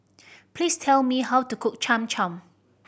please tell me how to cook Cham Cham